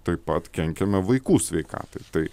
taip pat kenkiame vaikų sveikatai tai